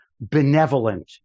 benevolent